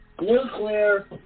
Nuclear